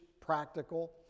practical